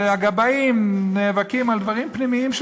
והגבאים נאבקים על דברים פנימיים של